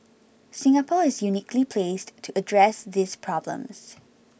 Singapore is uniquely placed to address these problems